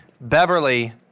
Beverly